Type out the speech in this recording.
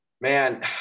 Man